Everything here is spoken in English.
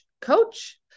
coach